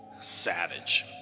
savage